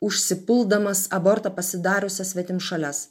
užsipuldamas abortą pasidariusias svetimšales